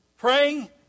Praying